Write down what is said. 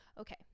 okay